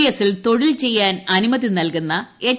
എസിൽ തൊഴിൽ ചെയ്യാൻ അനുമതി നൽകുന്ന എച്ച്